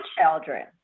children